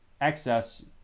excess